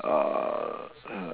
uh err